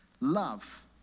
Love